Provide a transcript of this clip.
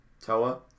Toa